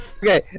Okay